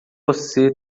você